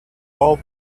all